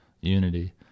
unity